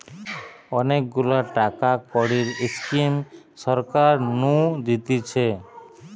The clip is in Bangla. অনেক গুলা টাকা কড়ির স্কিম সরকার নু দিতেছে